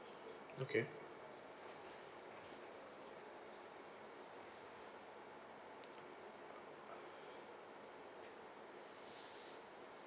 okay